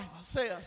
says